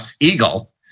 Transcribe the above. Eagle